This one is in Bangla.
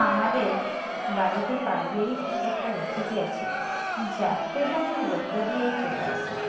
আমাদের বাড়িতে পারিবারিক একটা রেসিপি আছে যা প্রজন্মের মধ্য দিয়েই চলে আসে